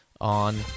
on